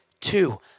two